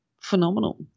phenomenal